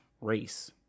race